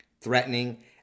threatening